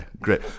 great